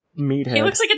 meathead